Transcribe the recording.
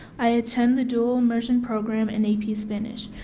i attended the dual immersion program in ap spanish.